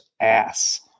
ass